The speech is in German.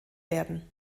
werden